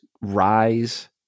rise